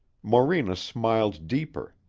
morena smiled deeper.